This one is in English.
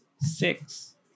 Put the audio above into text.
six